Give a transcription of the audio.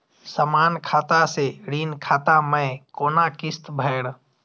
समान खाता से ऋण खाता मैं कोना किस्त भैर?